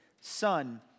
Son